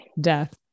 death